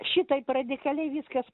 šitaip radikaliai viskas